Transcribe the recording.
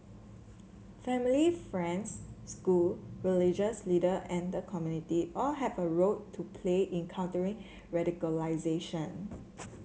family friends school religious leader and the community all have a role to play in countering radicalisation